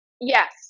Yes